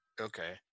okay